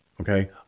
Okay